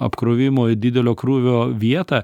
apkrovimo didelio krūvio vietą